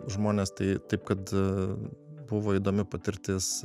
žmonės tai taip kad buvo įdomi patirtis